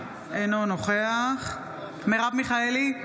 אינו נוכח מרב מיכאלי,